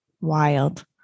wild